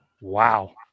wow